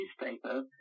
newspaper